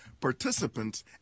participants